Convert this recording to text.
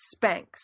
Spanx